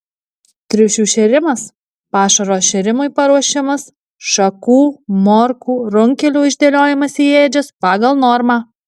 triušių šėrimas pašaro šėrimui paruošimas šakų morkų runkelių išdėliojimas į ėdžias pagal normą